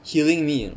healing me